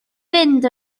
fynd